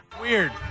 Weird